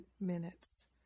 minutes